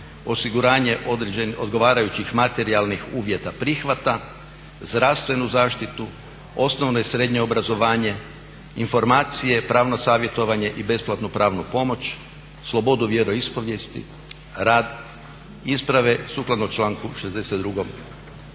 osiguranje odgovarajućih materijalnih uvjeta prihvata, zdravstvenu zaštitu, osnovno i srednje obrazovanje, informacije, pravno savjetovanje i besplatnu pravnu pomoć, slobodu vjeroispovijesti, rad, isprave sukladno članku 62.